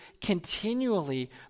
continually